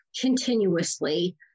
continuously